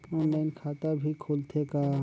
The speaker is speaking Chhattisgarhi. ऑनलाइन खाता भी खुलथे का?